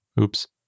Oops